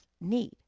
need